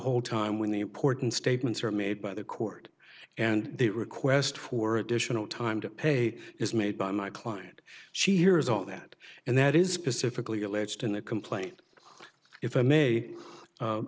whole time when the important statements are made by the court and the request for additional time to pay is made by my client she hears all that and that is specifically alleged in the complaint if i may